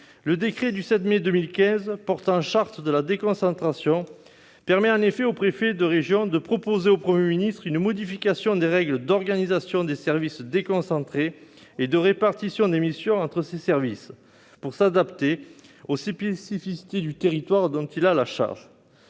le décret du 7 mai 2015 portant charte de la déconcentration permet en effet au préfet de région de « proposer au Premier ministre une modification des règles d'organisation des services déconcentrés et de répartition des missions entre ces services, pour s'adapter aux spécificités du territoire dont il a la charge